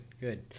good